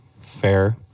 fair